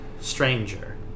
stranger